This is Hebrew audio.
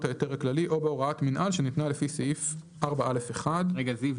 ההיתר הכללי או בהוראת מינהל שניתנה לפי סעיף 4א1.";" רגע זיו,